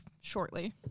shortly